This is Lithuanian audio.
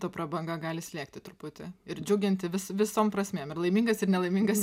ta prabanga gali slėgti truputį ir džiuginti vis visom prasmėm ir laimingas ir nelaimingas